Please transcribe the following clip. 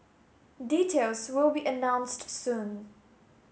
details will be announced soon